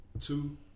Two